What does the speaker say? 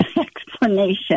explanation